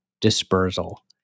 dispersal